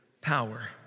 power